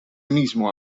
mismo